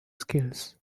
skills